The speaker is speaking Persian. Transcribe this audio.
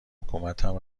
حکومتم